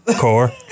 Core